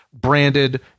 branded